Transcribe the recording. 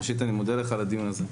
ראשית, אני מודה לך על הדיון הזה.